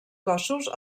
cossos